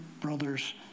brother's